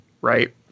Right